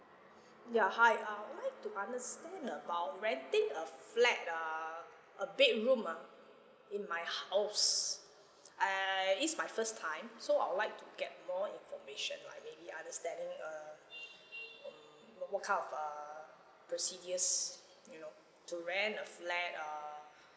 ya hi I'll like to understand about renting a flat err a bedroom ah in my house I it's my first time so I'll like to get more information like maybe understanding uh mm what what kind of err procedures you know to rent a flat err